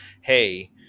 hey